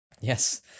yes